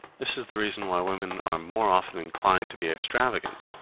this is the reason why women are more often inclined to be extravagant,